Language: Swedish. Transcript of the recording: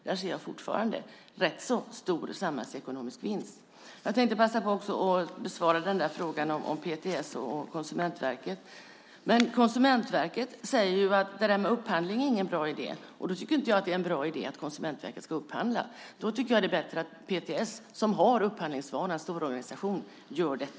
Där ser jag fortfarande en rätt stor samhällsekonomiskt vinst. Jag tänkte också besvara frågan om PTS och Konsumentverket. Konsumentverket säger att upphandling inte är någon bra idé. Då tycker jag inte att det är någon bra idé att Konsumentverket ska upphandla. Då är det bättre att PTS, som har upphandlingsvana och en stor organisation, gör det.